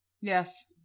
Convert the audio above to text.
Yes